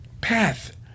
path